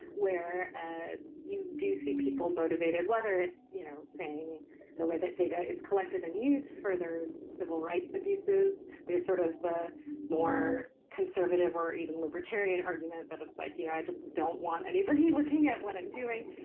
where you do see people motivated, whether it's, you know, saying the way that data is collected and used furthers civil rights abuses there's sort of the more conservative or even libertarian argument that looks like, you know, i just don't want anybody looking at what i'm doing.